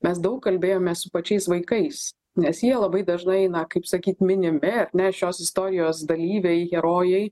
mes daug kalbėjomės su pačiais vaikais nes jie labai dažnai na kaip sakyt minimi ar ne šios istorijos dalyviai herojai